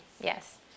Yes